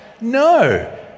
No